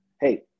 Hey